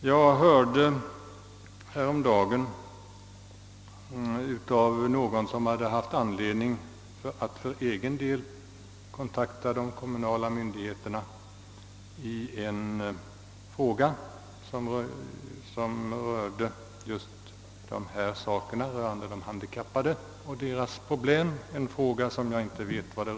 Jag talade häromdagen med en person som hade haft anledning att för egen del kontakta de kommunala myndigheterna i en fråga rörande de handikappade och deras problem — vad för slags fråga vet jag inte.